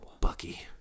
Bucky